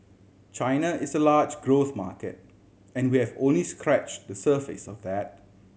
China is a large growth market and we have only scratch the surface of that